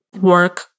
work